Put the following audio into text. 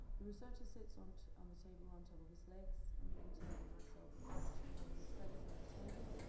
the researcher sits on on the table on top of his legs, and the intern and myself are crouching over the trays on the table,